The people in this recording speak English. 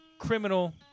Criminal